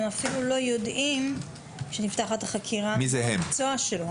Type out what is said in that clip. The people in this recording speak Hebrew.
הם אפילו לא יודעים כשנפתחת החקירה מה המקצוע שלו.